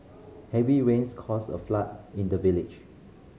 heavy rains caused a flood in the village